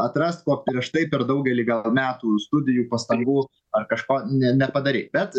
atrast ko prieš tai per daugelį gal metų studijų pastangų ar kažko ne nepadarei bet